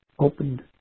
opened